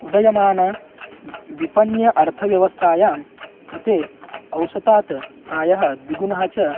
उदयमान विपण्य अर्थव्यवस्थायां कृते औषधात् प्रायः द्विगुणः च